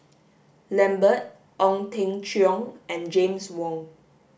Lambert Ong Teng Cheong and James Wong